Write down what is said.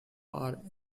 par